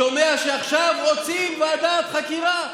שומע שעכשיו רוצים ועדת חקירה,